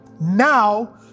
now